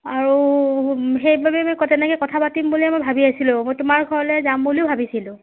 আৰু সেইবাবে আমি তেনেকৈ কথা পাতিম বুলি আমি ভাবি আছিলোঁ তোমাৰ ঘৰলৈ যাম বুলিও ভাবিছিলোঁ